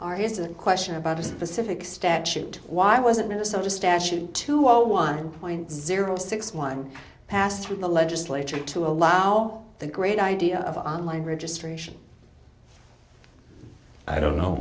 are is a question about a specific statute why wasn't minnesota statute two zero one point zero six one passed through the legislature to allow the great idea of online registration i don't know